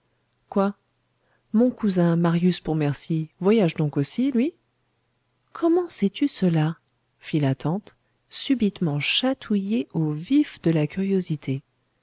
quoi mon cousin marius pontmercy voyage donc aussi lui comment sais-tu cela fit la tante subitement chatouillée au vif de la curiosité